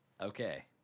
Okay